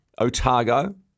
Otago